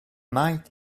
night